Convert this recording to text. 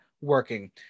working